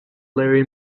larry